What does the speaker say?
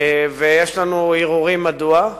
ויש לנו הרהורים מדוע.